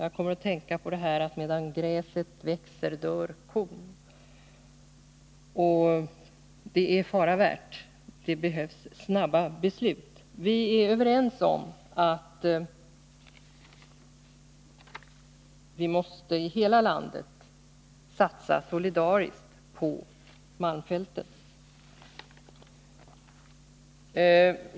Jag kommer då att tänka på talesättet att medan gräset växer dör kon. Och det är fara värt att så blir fallet här. Det behövs alltså snabba beslut. Vi är överens om att vi i hela landet måste satsa solidariskt på malmfälten.